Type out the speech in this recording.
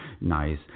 nice